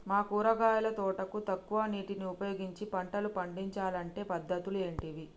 మా కూరగాయల తోటకు తక్కువ నీటిని ఉపయోగించి పంటలు పండించాలే అంటే పద్ధతులు ఏంటివి?